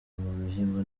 mihigo